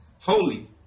holy